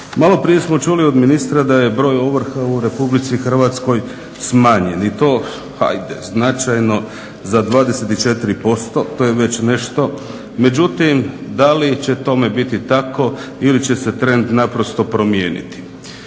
Maloprije smo čuli od ministra da je broj ovrha u RH smanjen i to, ajde značajno za 24%, to je već nešto. Međutim, da li će tome biti tako ili će se trend naprosto promijeniti?